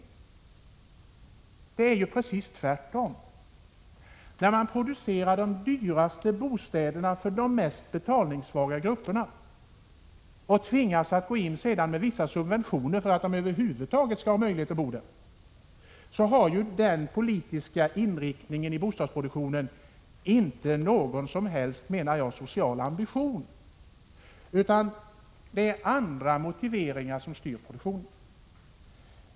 Men det är ju precis tvärtom, när man producerar de dyraste bostäderna för just betalningssvaga grupper och sedan tvingas gå in med vissa subventioner för att de över huvud taget skall ha möjlighet att bo där! Den politiska inriktningen av bostadsproduktionen har inte någon som helst social ambition, menar jag, utan det är andra motiv som styr produktionen.